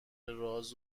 راز